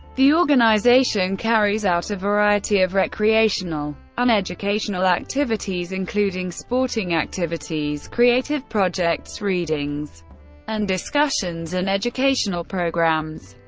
the organization carries out a variety of recreational and educational activities, including sporting activities, creative projects, readings and discussions and educational programs.